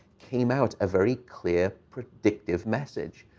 came out a very clear, predictive, message,